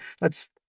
lets